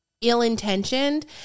ill-intentioned